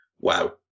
wow